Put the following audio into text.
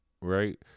right